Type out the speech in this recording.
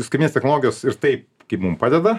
skaitmeninės technologijos ir taip kaip mum padeda